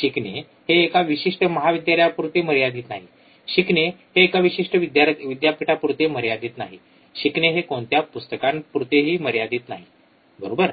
शिकणे हे एका विशिष्ट महाविद्यालयापुरते मर्यादित नाही शिकणे हे विशिष्ट विद्यापीठापुरते मर्यादित नाही शिकणे कोणत्याही पुस्तकांपुरतेही मर्यादित नाही बरोबर